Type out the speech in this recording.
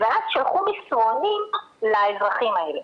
ואז שלחו מסרונים לאזרחים האלה.